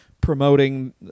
promoting